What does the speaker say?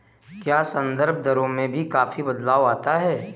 क्या संदर्भ दरों में भी काफी बदलाव आता है?